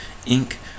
Inc